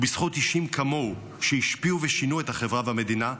ובזכות אישים כמוהו שהשפיעו ושינו את החברה והמדינה,